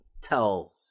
tell